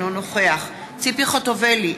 אינו נוכח ציפי חוטובלי,